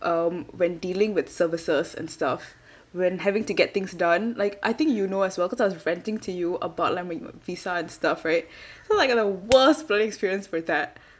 um when dealing with services and stuff when having to get things done like I think you know as well because I was ranting to you about like my visa and stuff right so like the worst bloody experience for that